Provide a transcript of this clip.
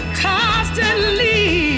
constantly